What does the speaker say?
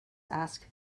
ask